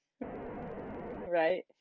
right